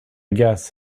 guess